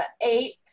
Eight